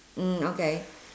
mm okay